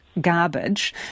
garbage